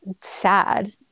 sad